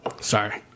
Sorry